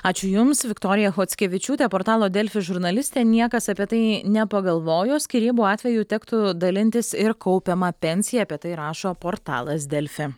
ačiū jums viktorija chockevičiūtė portalo delfi žurnalistė niekas apie tai nepagalvojo skyrybų atveju tektų dalintis ir kaupiamą pensiją apie tai rašo portalas delfi